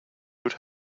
would